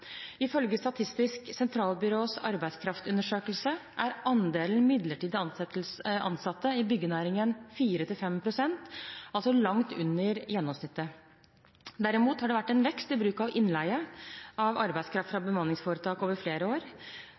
Ifølge Statistisk sentralbyrås arbeidskraftundersøkelse er andelen midlertidig ansatte i byggenæringen 4–5 pst., altså langt under gjennomsnittet. Derimot har det vært en vekst i bruken av innleie av arbeidskraft fra bemanningsforetak over flere år.